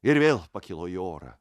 ir vėl pakilo į orą